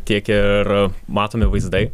tiek ir matomi vaizdai